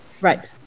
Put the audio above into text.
Right